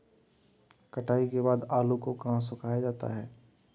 कटाई के बाद आलू को कहाँ सुखाया जाता है?